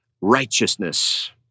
righteousness